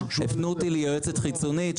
הפנו אותי ליועצת חיצונית.